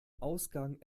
ausgang